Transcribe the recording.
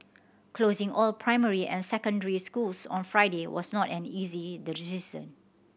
closing all primary and secondary schools on Friday was not an easy decision